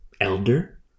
elder